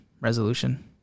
resolution